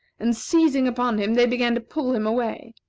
and seizing upon him they began to pull him away.